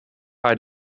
bij